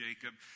Jacob